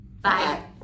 Bye